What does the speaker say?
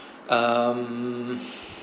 mmhmm